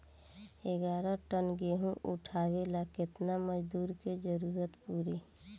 ग्यारह टन गेहूं उठावेला केतना मजदूर के जरुरत पूरी?